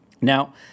Now